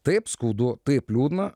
taip skaudu taip liūdna